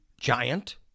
giant